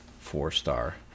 four-star